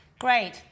Great